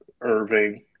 Irving